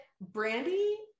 Brandy